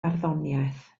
barddoniaeth